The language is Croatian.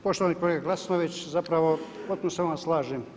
Poštovani kolega Glasnović, zapravo potpuno se s vama slažem.